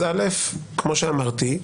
כמו שאמרתי,